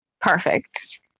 Perfect